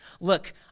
Look